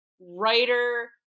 writer